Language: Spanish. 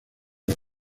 las